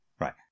Right